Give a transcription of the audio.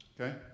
Okay